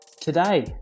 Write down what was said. Today